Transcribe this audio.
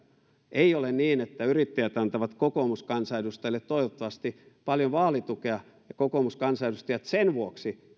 ei ole niin että yrittäjät antavat kokoomuskansanedustajille toivottavasti paljon vaalitukea ja kokoomuskansanedustajat sen vuoksi